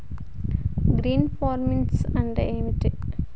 Green farming అంటే ఏమిటి?